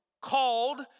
called